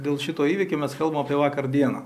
dėl šito įveikio mes kalbam apie vakar dieną